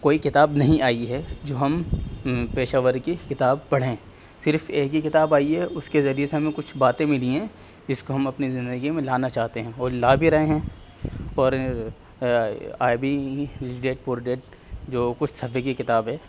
کوئی کتاب نہیں آئی ہے جو ہم پیشہ ور کی کتاب پڑھیں صرف ایک ہی کتاب آئی ہے اس کے ذریعہ سے ہمیں کچھ باتیں ملی ہیں جس کو ہم اپنی زندگی میں لانا چاہتے ہیں اور لا بھی رہے ہیں اور ابھی ریڈیڈ پروڈیڈ جو کچھ صفحے کی کتاب ہے